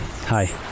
hi